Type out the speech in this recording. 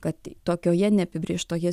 kad tokioje neapibrėžtoje